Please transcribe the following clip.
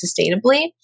sustainably